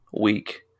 week